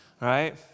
right